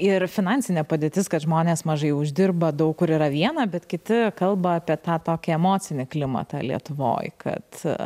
ir finansinė padėtis kad žmonės mažai uždirba daug kur yra viena bet kiti kalba apie tą tokį emocinį klimatą lietuvoj kad